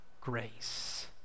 grace